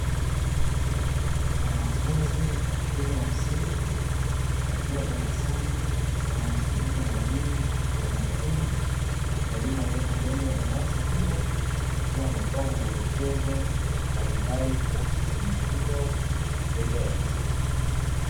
Wanafunzi wa shule ya msingi wakiwa darasani, wanamsikiliza mwalimu kwa umakini mwalimu alioko mbele ya darasa hilo, akiwa anatoa maelekezo mbalimbali kuhusu somo hilo mbele ya darasa hilo.